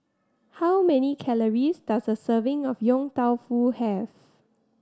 how many calories does a serving of Yong Tau Foo have